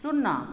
शुन्ना